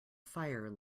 fire